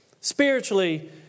Spiritually